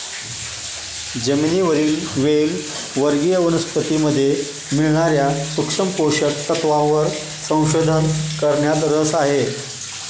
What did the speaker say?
जमिनीवरील वेल वर्गीय वनस्पतीमध्ये मिळणार्या सूक्ष्म पोषक तत्वांवर संशोधन करण्यात रस आहे